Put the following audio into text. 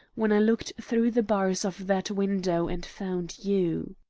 when i looked through the bars of that window and found you!